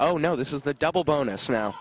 oh no this is the double bonus now